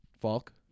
Falk